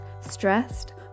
stressed